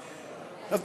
ולא.